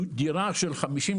דירה של 50,